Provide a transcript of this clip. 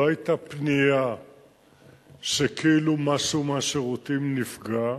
לא היתה פנייה שכאילו משהו מהשירותים נפגע,